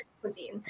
cuisine